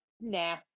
nah